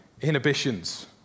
inhibitions